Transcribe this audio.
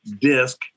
disc